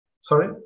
Sorry